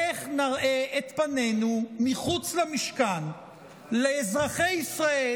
איך נראה את פנינו מחוץ למשכן לאזרחי ישראל,